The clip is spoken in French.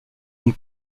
une